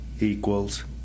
equals